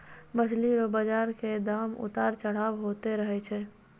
मछली रो बाजार मे दाम उतार चढ़ाव होते रहै छै